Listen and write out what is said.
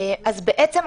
בעצם,